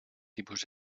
tipus